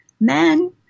Men